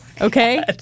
Okay